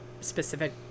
specific